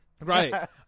Right